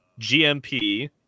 GMP